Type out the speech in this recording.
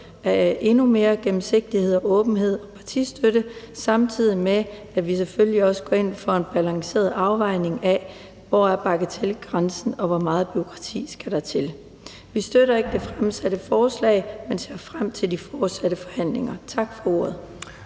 endnu mere gennemsigtighed og åbenhed omkring partistøtte, samtidig med at vi selvfølgelig også går ind for en balanceret afvejning af, hvor bagatelgrænsen er, og hvor meget bureaukrati der skal til. Vi støtter ikke det fremsatte forslag, men ser frem til de fortsatte forhandlinger. Tak for ordet.